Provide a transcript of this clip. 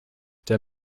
der